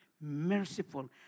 merciful